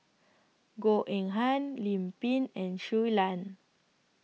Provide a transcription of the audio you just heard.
Goh Eng Han Lim Pin and Shui Lan